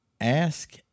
Ask